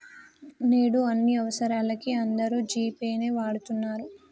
నేడు అన్ని అవసరాలకీ అందరూ జీ పే నే వాడతన్నరు